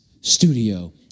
studio